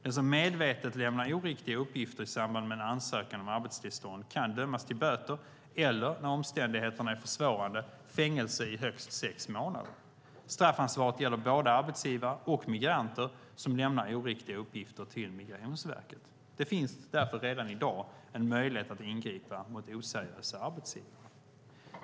Den som medvetet lämnar oriktiga uppgifter i samband med en ansökan om arbetstillstånd kan dömas till böter eller, när omständigheterna är försvårande, fängelse i högst sex månader. Straffansvaret gäller både arbetsgivare och migranter som lämnar oriktiga uppgifter till Migrationsverket. Det finns därför redan i dag en möjlighet att ingripa mot oseriösa arbetsgivare.